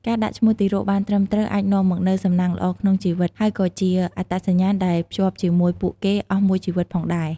ការដាក់ឈ្មោះទារកបានត្រឹមត្រូវ អាចនាំមកនូវសំណាងល្អក្នុងជីវិត ហើយក៏ជាអត្តសញ្ញាណដែលជាប់ជាមួយពួកគេអស់មួយជីវិតផងដែរ។